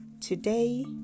Today